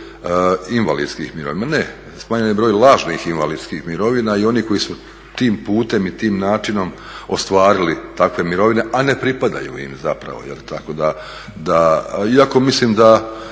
invalidskih mirovina. Ma ne, smanjen je broj lažnih invalidskih mirovina i oni koji su tim putem i tim načinom ostvarili takve mirovine, a ne pripadaju im zapravo. Tako da, iako mislim da